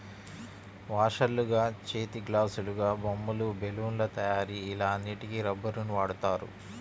వాషర్లుగా, చేతిగ్లాసులాగా, బొమ్మలు, బెలూన్ల తయారీ ఇలా అన్నిటికి రబ్బరుని వాడుతారు